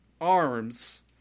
arms